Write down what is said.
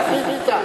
זכית.